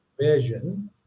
version